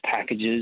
packages